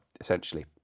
essentially